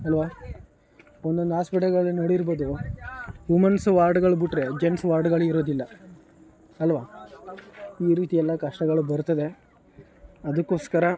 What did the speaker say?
ಅಲ್ವ ಒಂದೊಂದು ಆಸ್ಪಿಟಲ್ಗಳಲ್ಲಿ ನೋಡಿರ್ಬೋದು ವುಮೆನ್ಸ್ ವಾರ್ಡ್ಗಳು ಬಿಟ್ಟರೆ ಜೆಂಟ್ಸ್ ವಾರ್ಡ್ಗಳು ಇರುವುದಿಲ್ಲ ಅಲ್ವ ಈ ರೀತಿಯೆಲ್ಲ ಕಷ್ಟಗಳು ಬರ್ತದೆ ಅದಕ್ಕೋಸ್ಕರ